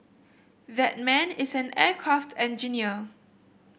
that man is an aircraft engineer